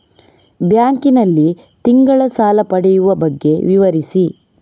Bank ನಲ್ಲಿ ತಿಂಗಳ ಸಾಲ ಪಡೆಯುವ ಬಗ್ಗೆ ವಿವರಿಸಿ?